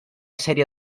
sèrie